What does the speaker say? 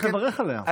צריך לברך עליה.